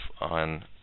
On